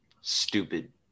Stupid